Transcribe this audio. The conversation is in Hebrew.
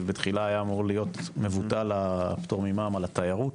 בתחילה היה אמור להיות הפטור ממע"מ על התיירות,